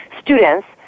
students